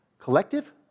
Collective